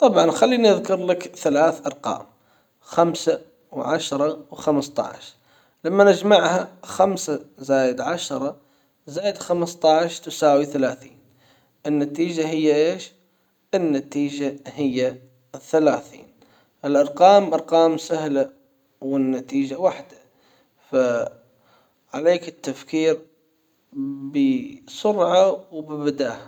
طبعا خليني اذكر لك ثلاث ارقام. خمسة وعشرة وخمسة عشر لما نجمعها خمسة زائد عشرة زائد خمسة عشر تساوي ثلاثين النتيجة هي ايش? النتيجة هي ثلاثين الارقام ارقام سهلة والنتيجة واحدة عليك التفكير بسرعة و ببداهه